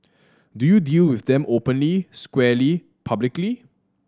do you deal with them openly squarely publicly